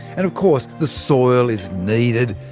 and of course, the soil is needed.